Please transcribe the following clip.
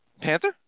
Panther